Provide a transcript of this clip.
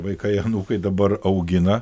vaikai anūkai dabar augina